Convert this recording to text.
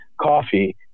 coffee